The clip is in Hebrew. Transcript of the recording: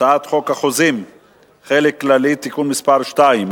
הצעת חוק החוזים (חלק כללי) (תיקון מס' 2),